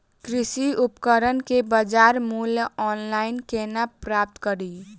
कृषि उपकरण केँ बजार मूल्य ऑनलाइन केना प्राप्त कड़ी?